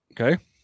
Okay